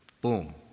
boom